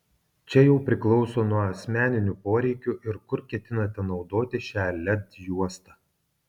čia jau priklauso nuo asmeninių poreikių ir kur ketinate naudoti šią led juostą